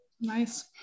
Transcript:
nice